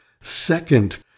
Second